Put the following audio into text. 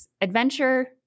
adventure